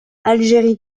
algérie